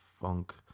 funk